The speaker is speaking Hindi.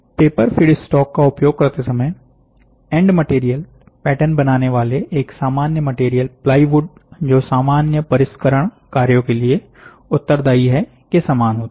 पेपर फीडस्टॉक का उपयोग करते समय एंड मटेरियल पैटर्न बनाने वाले एक सामान्य मटेरियल प्लाईवुड जो सामान्य परिष्करण कार्यों के लिए उत्तरदाई है के समान होता है